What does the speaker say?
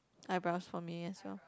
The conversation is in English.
eyebrows for me as well